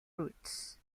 roots